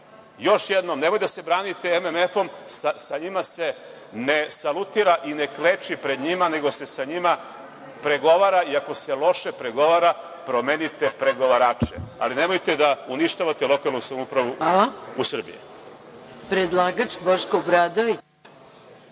Još jednom, nemoj da se branite MMF-om, sa njima se ne salutira i ne kleči pred njima, nego se sa njima pregovara i ako se loše pregovara, promenite pregovarače, ali nemojte da uništavate lokalnu samoupravu u Srbiji.